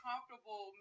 Comfortable